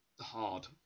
hard